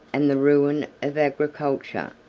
and the ruin of agriculture,